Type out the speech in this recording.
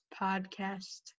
podcast